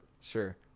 sure